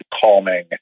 calming